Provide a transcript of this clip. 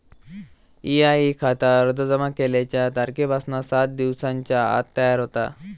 EIE खाता अर्ज जमा केल्याच्या तारखेपासना सात दिवसांच्या आत तयार होता